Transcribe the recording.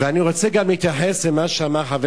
אני רוצה גם להתייחס למה שאמר חבר